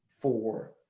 four